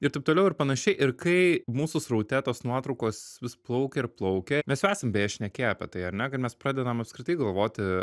ir taip toliau ir panašiai ir kai mūsų sraute tos nuotraukos vis plaukia ir plaukia mes esam beje šnekėję apie tai ar ne kad mes pradedam apskritai galvoti